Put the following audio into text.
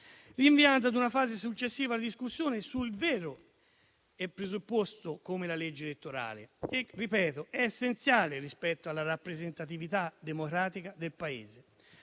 rinvia ad una fase successiva la discussione sul vero presupposto che è la legge elettorale, che - lo ripeto - è essenziale rispetto alla rappresentatività democratica del Paese.